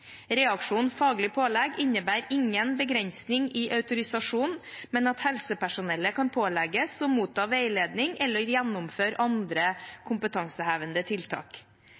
pålegg» innebærer ingen begrensning i autorisasjonen, men at helsepersonellet kan pålegges å motta veiledning eller gjennomføre andre kompetansehevende tiltak.